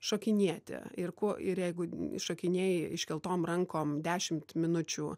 šokinėti ir ko ir jeigu šokinėji iškeltom rankom dešimt minučių